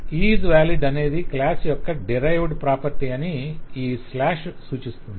'IsValid' అనేది class యొక్క derived property అని ఈ స్లాష్ " సూచిస్తుంది